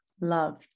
Love